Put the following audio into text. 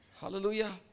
Hallelujah